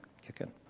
kick in.